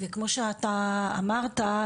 כמו שאתה אמרת,